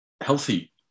healthy